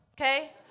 okay